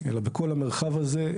אלא בכל המרחב הזה,